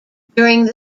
during